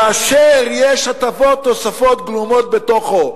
כאשר יש הטבות נוספות הגלומות בתוכו,